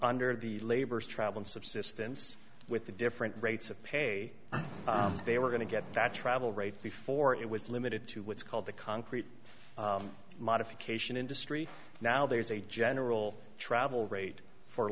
under the labors traveling subsistence with the different rates of pay they were going to get that travel right before it was limited to what's called the concrete modification industry now there's a general travel rate for